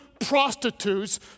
prostitutes